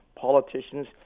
politicians